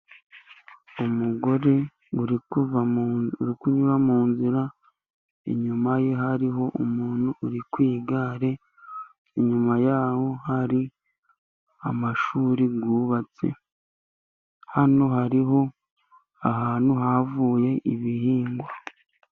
Umugore uri kuva uri kunyura mu nzira, inyuma ye hariho umuntu uri ku igare, inyuma yaho hari amashuri yubatse, hano hariho ahantu havuye ibihingwa.